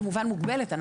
כמובן מוגבלת,